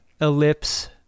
Ellipse